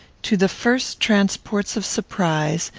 to the first transports of surprise,